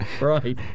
Right